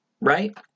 right